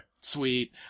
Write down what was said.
Sweet